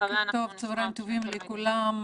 בוקר טוב, צהריים טובים לכולם.